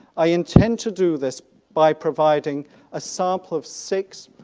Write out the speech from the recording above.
i intend to do this by providing a sample of six,